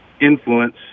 influence